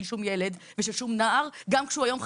שום ילד ושל שום נער גם כשהוא היום חייל,